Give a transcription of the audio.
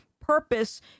purpose